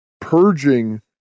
purging